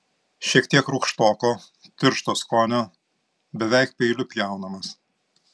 šiek tiek rūgštoko tiršto skonio beveik peiliu pjaunamas